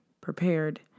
prepared